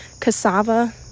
cassava